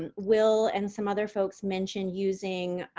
and will and some other folks mentioned using